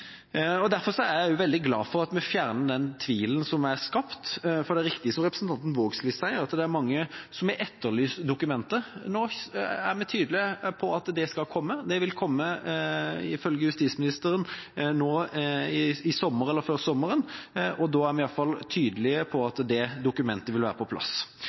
kontor. Derfor er jeg også veldig glad for at vi fjerner den tvilen som er skapt, for det er riktig som representanten Vågslid sier: Det er mange som har etterlyst dokumentet. Nå er vi tydelige på at det skal komme. Det vil ifølge justisministeren komme nå i sommer eller før sommeren. Da er vi i hvert fall tydelige på at det dokumentet vil være på plass.